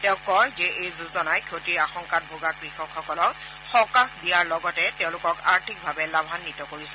তেওঁ কয় যে এই যোজনাই ক্ষতিৰ আশংকাত ভোগা কৃষকসকলক সকাহ দিয়াৰ লগতে তেওঁলোকক আৰ্থিকভাৱে লাভাৱিত কৰিছে